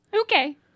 Okay